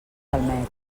del